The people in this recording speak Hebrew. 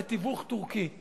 ובתיווך טורקי.